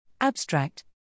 Abstract